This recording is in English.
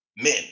men